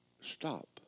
stop